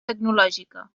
tecnològica